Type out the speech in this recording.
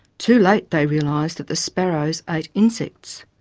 too late they realised that the sparrows ate insects.